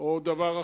או דבר אחר,